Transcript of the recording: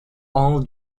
all